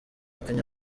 kenya